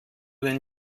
dein